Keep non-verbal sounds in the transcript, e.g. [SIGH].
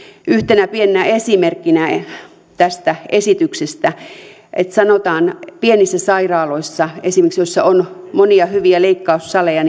yhtenä pienenä esimerkkinä tästä esityksestä pienissä sairaaloissa esimerkiksi niissä joissa on monia hyviä leikkaussaleja [UNINTELLIGIBLE]